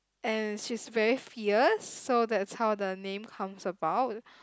and she's very fierce so that's how the name comes about